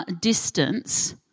distance